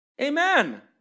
Amen